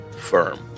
firm